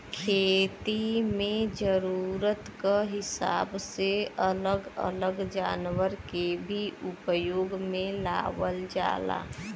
खेती में जरूरत क हिसाब से अलग अलग जनावर के भी उपयोग में लावल जाला